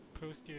post